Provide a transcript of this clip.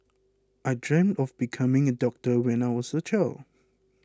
I dreamt of becoming a doctor when I was a child